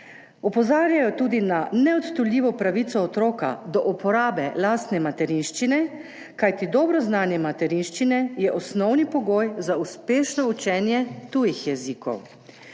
Opozarjajo tudi na neodtujljivo pravico otroka do uporabe lastne materinščine, kajti dobro znanje materinščine je osnovni pogoj za uspešno učenje tujih jezikov.